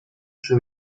czy